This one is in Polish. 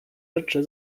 rzeczy